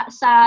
sa